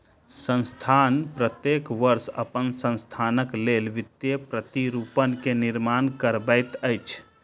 संस्थान प्रत्येक वर्ष अपन संस्थानक लेल वित्तीय प्रतिरूपण के निर्माण करबैत अछि